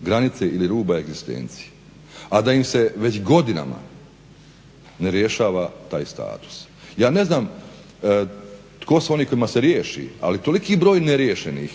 granice ili ruba egzistencije, a da im već godinama ne rješava taj status. Ja ne znam tko su oni kojima se riješi, ali toliki broj neriješenih